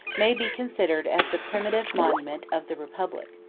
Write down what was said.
may be considered as the primitive monument of the republic.